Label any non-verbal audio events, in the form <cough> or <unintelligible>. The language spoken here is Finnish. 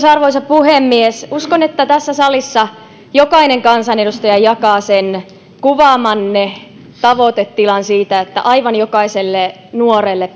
<unintelligible> arvoisa puhemies uskon että tässä salissa jokainen kansanedustaja jakaa sen kuvaamanne tavoitetilan siitä että aivan jokaiselle nuorelle <unintelligible>